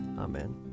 Amen